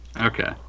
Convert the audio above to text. Okay